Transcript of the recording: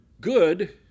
good